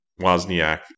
Wozniak